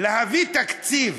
להביא תקציב,